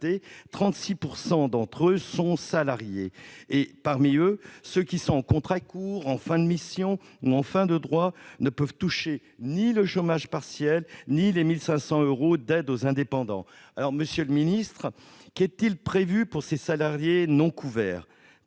36 % sont salariés. Ceux qui sont en contrat court, en fin de mission ou en fin de droits ne peuvent toucher ni le chômage partiel ni les 1 500 euros d'aide aux indépendants. Monsieur le secrétaire d'État, qu'est-il prévu pour ces salariés non couverts ?